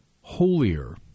holier